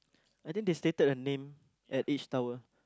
I think they stated a name at each tower